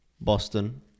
Boston